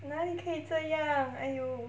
哪里可以这样 !aiyo!